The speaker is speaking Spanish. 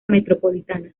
metropolitana